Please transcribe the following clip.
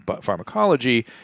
pharmacology